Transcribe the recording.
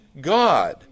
God